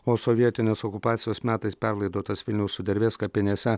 o sovietinės okupacijos metais perlaidotas vilniaus sudervės kapinėse